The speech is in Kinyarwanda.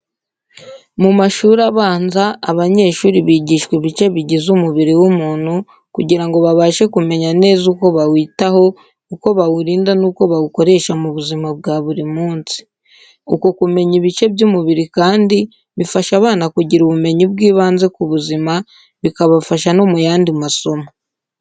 Mu mashuri abanza, abanyeshuri bigishwa ibice bigize umubiri w’umuntu kugira ngo babashe kumenya neza uko bawitaho, uko bawurinda n’uko bawukoresha mu buzima bwa buri munsi. Uko kumenya ibice by’umubiri kandi bifasha abana kugira ubumenyi bw’ibanze ku buzima, bikabafasha no mu yandi masomo.